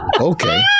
Okay